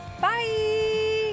bye